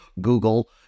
Google